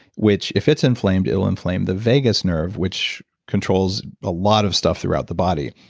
which if it's inflamed it will inflame the vagus nerve which controls a lot of stuff throughout the body,